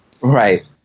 Right